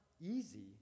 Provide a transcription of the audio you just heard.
easy